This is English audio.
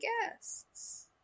guests